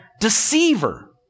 deceiver